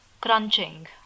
crunching